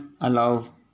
allow